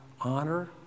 honor